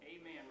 Amen